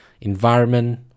environment